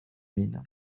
mine